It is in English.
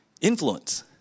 Influence